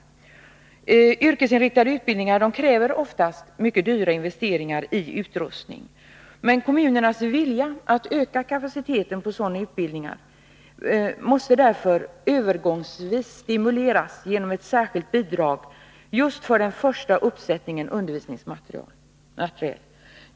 Sådana kräver oftast mycket dyrbara investeringar i utrustning. Kommunernas vilja att öka kapaciteten på sådana utbildningar måste därför övergångsvis stimuleras genom ett särskilt bidrag just för den första uppsättningen undervisningsmateriel.